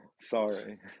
Sorry